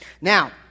Now